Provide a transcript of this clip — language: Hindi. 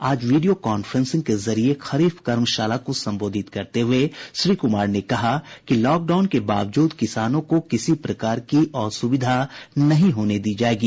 आज वीडियो कॉफ्रेंसिंग के जरिये खरीफ कर्मशाला को संबोधित करते हुए श्री कुमार ने कहा कि लॉकडाउन के बावजूद किसानों को किसी प्रकार की असुविधा नहीं होने दी जायेगी